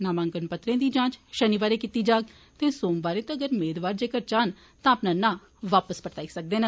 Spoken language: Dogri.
नामांकन पत्रे दी जांच शनिवार कीती जाग ते सोमवारे तक्कर मेदवार जेक्कर चाहन तां अपना नां वापस परताई सकदे न